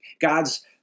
God's